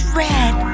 red